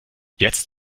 jetzt